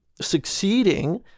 succeeding